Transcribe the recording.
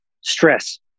stress